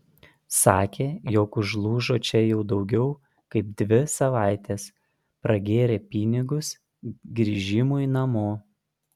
sakė jog užlūžo čia jau daugiau kaip dvi savaites pragėrė pinigus grįžimui namo